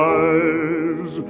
eyes